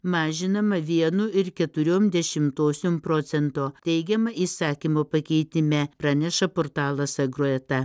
mažinama vienu ir keturiom dešimtosiom procento teigiama įsakymo pakeitime praneša portalas agroeta